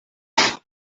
هدفش